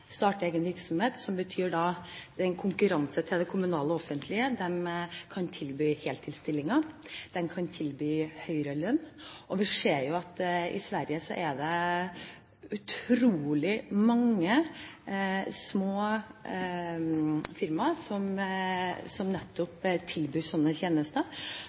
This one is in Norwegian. starte egen virksomhet, som betyr konkurranse til det kommunale og offentlige. De kan tilby heltidsstillinger, de kan tilby høyere lønn, og vi ser at i Sverige er det utrolig mange små firmaer som nettopp tilbyr slike tjenester.